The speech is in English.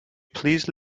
please